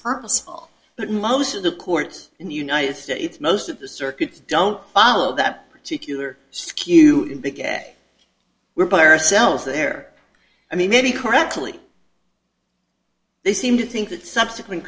purposeful but most of the courts in the united states most of the circuits don't follow that particular skew and they get were put ourselves there i mean many correctly they seem to think that subsequent